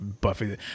Buffy